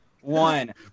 One